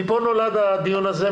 מפה נולד הדיון הזה,